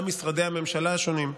גם משרדי הממשלה השונים,